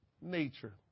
nature